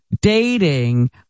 Dating